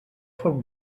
foc